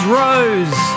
rose